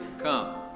come